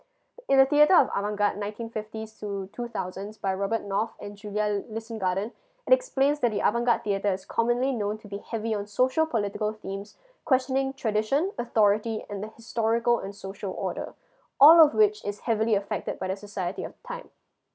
in the theater of avant garde nineteen fifties to two thousands by robert knopf and julia listengarten it explains that the avant garde theater is commonly known to be heavily on social political themes questioning tradition authority and the historical and social order all of which is heavily effected by the society of the time